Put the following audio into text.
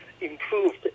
improved